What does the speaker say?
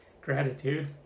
gratitude